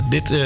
Dit